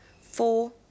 Four